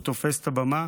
הוא תופס את הבמה